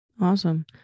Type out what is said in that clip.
Awesome